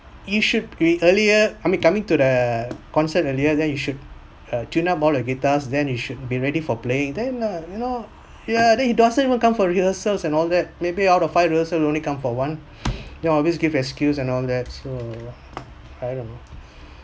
you should be earlier I mean coming to the concert earlier then you should uh tune up all your guitars then you should be ready for playing then uh you know ya then he doesn't even come for rehearsals and all that maybe out of five rehearsals he'll only come for one you always give excuse and all that so I don't know